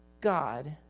God